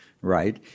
right